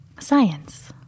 Science